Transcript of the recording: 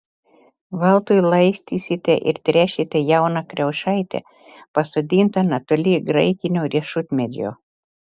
veltui laistysite ir tręšite jauną kriaušaitę pasodintą netoli graikinio riešutmedžio